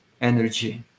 energy